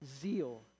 zeal